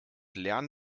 lernen